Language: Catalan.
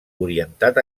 orientat